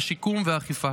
השיקום והאכיפה.